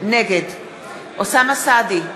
נגד אוסאמה סעדי,